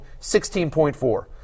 16.4